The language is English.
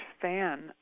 fan